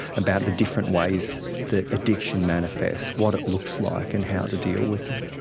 about the different ways that addiction manifests, what it looks like and how to deal with it.